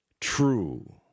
True